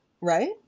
Right